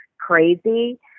crazy